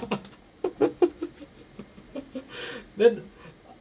then